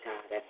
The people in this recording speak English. God